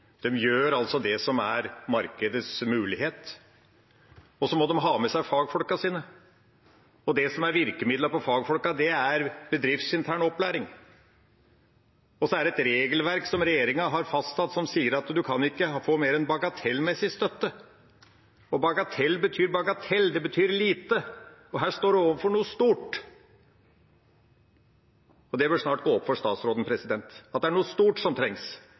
gjør det som gir muligheter i markedet. Da må de ha med seg fagfolkene sine. Det som er virkemidlene for fagfolkene, er bedriftsintern opplæring. Et regelverk, fastsatt av regjeringa, sier at en ikke kan få mer enn bagatellmessig støtte. Bagatell betyr bagatell, det betyr lite. Her står en overfor noe stort. Det bør snart gå opp for statsråden, at det er noe stort som trengs.